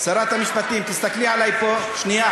שרת המשפטים, תסתכלי עלי, פה, שנייה.